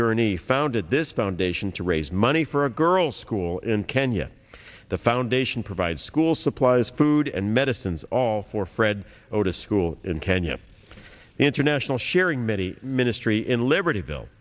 gurney founded this foundation to raise money for a girls school in kenya the foundation provides school supplies food and medicines all for fred oda school in kenya international sharing miti ministry in libertyvill